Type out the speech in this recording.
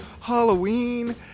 Halloween